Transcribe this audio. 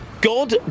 God